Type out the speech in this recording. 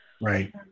Right